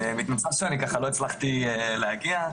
מתנצל שאני לא הצלחתי להגיע,